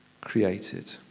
created